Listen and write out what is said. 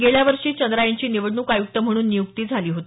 गेल्या वर्षी चंद्रा यांची निवडणूक आयुक्त म्हणून नियुक्ती झाली होती